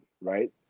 Right